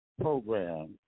program